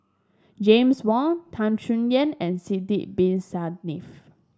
James Wong Tan Chay Yan and Sidek Bin Saniff